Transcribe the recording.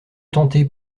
tenter